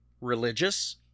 religious